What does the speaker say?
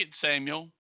Samuel